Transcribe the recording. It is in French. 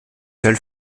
seul